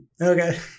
Okay